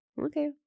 Okay